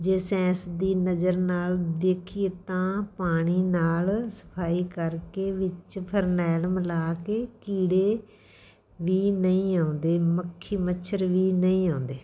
ਜੇ ਸੈਂਸ ਦੀ ਨਜ਼ਰ ਨਾਲ ਦੇਖੀਏ ਤਾਂ ਪਾਣੀ ਨਾਲ ਸਫ਼ਾਈ ਕਰ ਕੇ ਵਿੱਚ ਫਰਨੈਲ ਮਿਲਾ ਕੇ ਕੀੜੇ ਵੀ ਨਹੀਂ ਆਉਂਦੇ ਮੱਖੀ ਮੱਛਰ ਵੀ ਨਹੀਂ ਆਉਂਦੇ